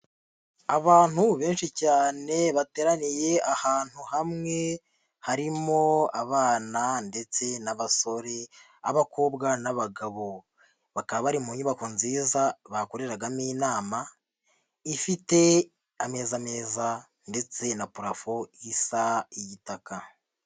Abantu benshi cyane bateraniye ahantu hamwe harimo abana ndetse n'abasore n'abakobwa n'abagabo bakaba bari mu nyubako nziza bakoreragamo inama ifite ameza meza ndetse na purafo isa igitaka.